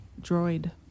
droid